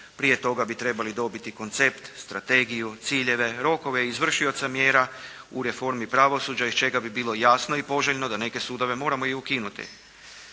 Prije toga bi trebali dobiti koncept, strategiju, ciljeve, rokove izvršioca mjera u reformi pravosuđa iz čega bi bilo jasno i poželjno da neke sudove moramo i ukinuti.